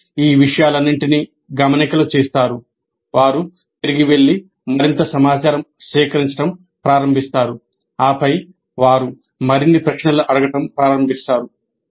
వారు ఈ విషయాలన్నింటినీ గమనికలు చేస్తారు వారు తిరిగి వెళ్లి మరింత సమాచారం సేకరించడం ప్రారంభిస్తారు ఆపై వారు మరిన్ని ప్రశ్నలు అడగడం ప్రారంభిస్తారు